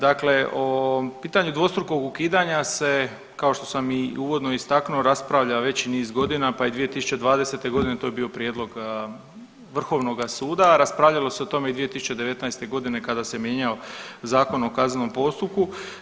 Dakle, o pitanju dvostrukog ukidanja se kao što sam i uvodno istaknuo raspravlja veći niz godina pa i 2020. godine to je bio prijedlog Vrhovnoga suda, raspravljalo se o tome i 2019. godine kada se mijenjao Zakon o kaznenom postupku.